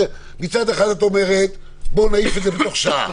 מצד אחד את אומרת: בואו נעיף את זה בתוך שעה,